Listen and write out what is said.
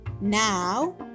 Now